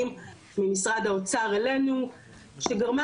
שגרמה לזה שבפועל עובדים שיצאו לא קיבלו את הכספים,